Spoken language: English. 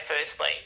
firstly